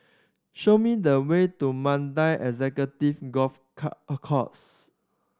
show me the way to Mandai Executive Golf Course